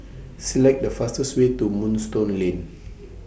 Select The fastest Way to Moonstone Lane